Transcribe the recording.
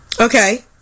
okay